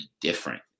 different